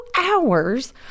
hours